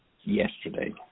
yesterday